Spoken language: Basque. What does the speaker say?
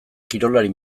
kirolari